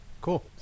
Cool